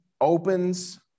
opens